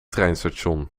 treinstation